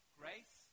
grace